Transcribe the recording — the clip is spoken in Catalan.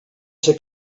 ser